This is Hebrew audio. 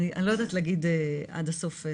אני לא יודעת להגיד עד הסוף.